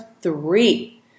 three